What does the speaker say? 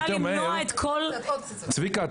צביקה,